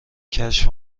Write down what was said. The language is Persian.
کشف